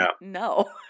no